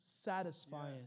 satisfying